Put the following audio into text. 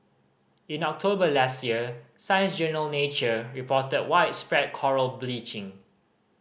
in October last year science journal Nature reported widespread coral bleaching